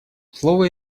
слово